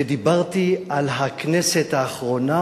דיברתי על הכנסת האחרונה